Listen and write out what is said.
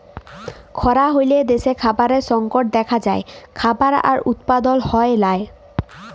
খরা হ্যলে দ্যাশে খাবারের সংকট দ্যাখা যায়, খাবার আর উৎপাদল হ্যয় লায়